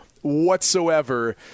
whatsoever